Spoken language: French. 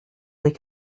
des